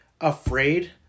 afraid